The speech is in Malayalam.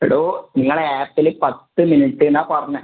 എടോ നിങ്ങളുടെ ആപ്പില് പത്ത് മിനിറ്റ് എന്നാണ് പറഞ്ഞത്